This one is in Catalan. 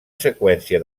seqüència